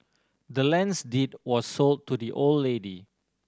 the land's deed was sold to the old lady